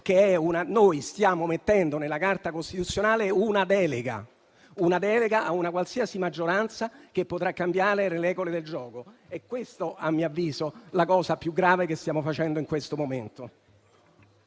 legge. Stiamo mettendo nella Carta costituzionale una delega a una qualsiasi maggioranza che potrà cambiare le regole del gioco. È questa, a mio avviso, la cosa più grave che stiamo facendo in questo momento.